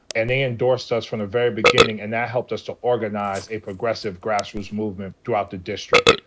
and they endorsed us from the very beginning. and that helped us to organize a progressive grassroots movement throughout the district.